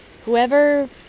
Whoever